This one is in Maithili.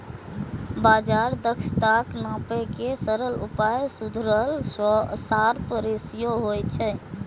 बाजार दक्षताक नापै के सरल उपाय सुधरल शार्प रेसियो होइ छै